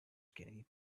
skinny